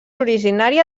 originària